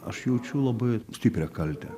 aš jaučiu labai stiprią kaltę